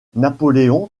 napoléon